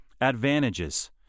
advantages